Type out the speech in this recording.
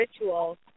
rituals